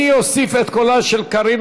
אני אוסיף את קולה של קארין,